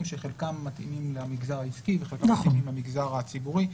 שחלקם מתאימים למגזר העסקי וחלקם למגזר הציבורי,